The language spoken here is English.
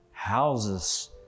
Houses